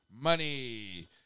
Money